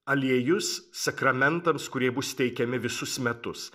aliejus sakramentams kurie bus teikiami visus metus